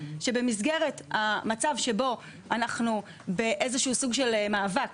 שבמקרה שבו אנחנו באיזשהו סוג של מאבק